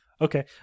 Okay